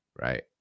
right